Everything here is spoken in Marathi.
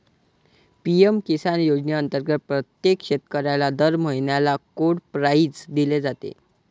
पी.एम किसान योजनेअंतर्गत प्रत्येक शेतकऱ्याला दर महिन्याला कोड प्राईज दिली जाते